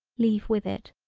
leave with it.